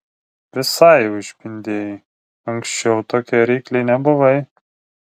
visai jau išpindėjai anksčiau tokia reikli nebuvai